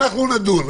נדון.